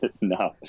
no